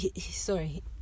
sorry